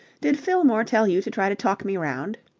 did fillmore tell you to try to talk me round?